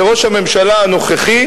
זה ראש הממשלה הנוכחי,